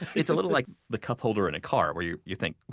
it's a little like the cup holder in a car where you you think,